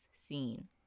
scene